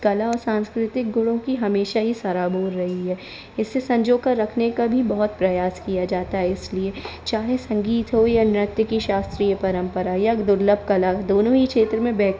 कला और सांस्कृतिक गुणों की हमेशा ही सराबोर रही है इसे संजोकर रखने का भी बहुत प्रयास किया जात है इसलिए चाहे संगीत हो या नृत्य की शास्त्रीय परंपरा या दुर्लब कला दोनों ही क्षेत्र में बेहतरीन